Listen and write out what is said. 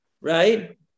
Right